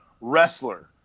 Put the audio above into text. wrestler